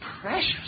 precious